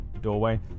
doorway